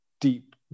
deep